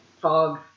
fog